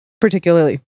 particularly